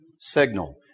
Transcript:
signal